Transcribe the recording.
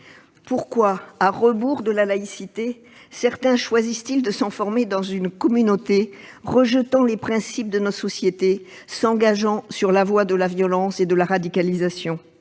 Pourquoi, à rebours de la laïcité, certains choisissent-ils de s'enfermer dans une communauté, rejetant les principes de notre société, s'engageant sur la voie de la violence et de la radicalisation ?